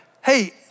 Hey